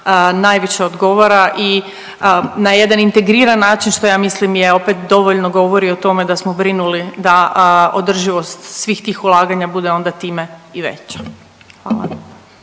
najviše odgovara i na jedan integriran način što ja mislim je opet dovoljno govori o tome da smo brinuli da održivost svih tih ulaganja bude onda time i veća. Hvala.